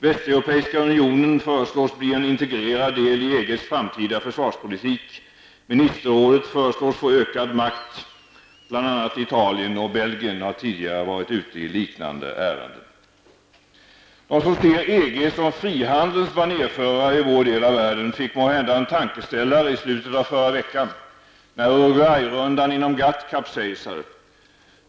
Västeuropeiska unionen föreslås bli en integrerad del i EGs framtida försvarspolitik. Ministerrådet föreslås få ökad makt. Bl.a. Italien och Belgien har tidigare varit ute i liknande ärenden. De som ser EG som frihandelns banerförare i vår del av världen fick måhända en tankeställare i slutet av förra veckan, när Uruguay-rundan inom GATT kapsejsade.